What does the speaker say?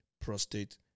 Prostate